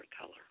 color